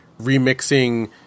remixing